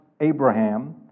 Abraham